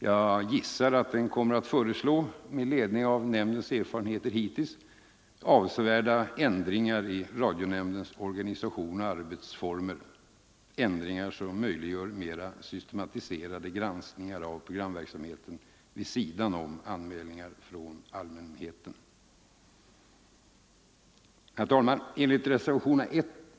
Med ledning av nämndens erfarenheter hittills gissar jag att den kommer att föreslå avsevärda ändringar i radionämndens organisation och arbetsformer — ändringar som möjliggör flera systematiserade granskningar av programverksamheten vid sidan om anmälningar från allmänheten. 175 Herr talman!